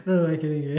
no no no kidding kidding